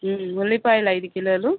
ఉల్లిపాయలు ఐదు కిలోలు